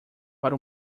para